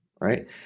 right